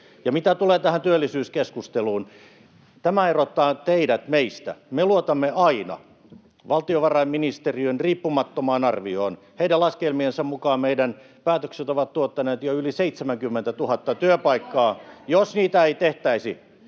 Ja mitä tulee tähän työllisyyskeskusteluun, tämä erottaa teidät meistä. Me luotamme aina valtiovarainministeriön riippumattomaan arvioon. Heidän laskelmiensa mukaan meidän päätöksemme ovat tuottaneet jo yli 70 000 työpaikkaa. [Välihuutoja